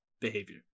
behavior